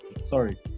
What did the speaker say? Sorry